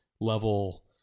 level